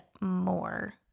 more